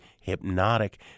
hypnotic